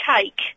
Cake